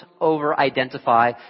over-identify